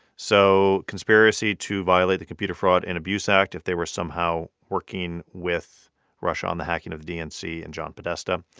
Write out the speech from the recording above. so conspiracy to violate the computer fraud and abuse act, if they were somehow working with russia on the hacking of the dnc and john podesta,